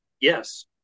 Yes